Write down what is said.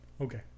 Okay